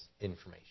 information